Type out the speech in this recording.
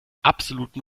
absoluten